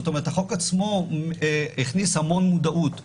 זאת אומרת, החוק עצמו הכניס המון מודעות בחו"ל.